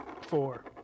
four